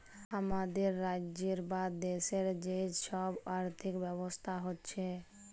হামাদের রাজ্যের বা দ্যাশের যে সব আর্থিক ব্যবস্থা হচ্যে